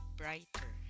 brighter